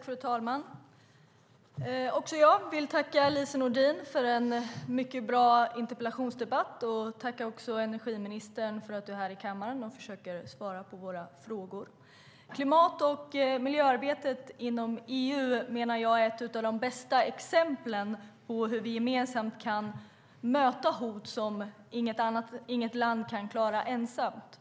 Fru talman! Också jag vill tacka Lise Nordin för en mycket bra interpellation. Jag vill också tacka energiministern för att hon är här i kammaren och försöker svara på våra frågor. Klimat och miljöarbetet inom EU menar jag är ett av de bästa exemplen på hur vi gemensamt kan möta hot som inget land kan klara ensamt.